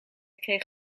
kreeg